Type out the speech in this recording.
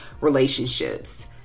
relationships